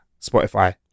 Spotify